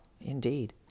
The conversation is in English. indeed